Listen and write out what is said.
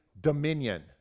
dominion